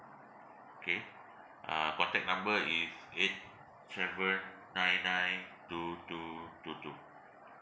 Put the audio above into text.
K uh contact number is eight seven nine nine two two two two